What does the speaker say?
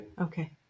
Okay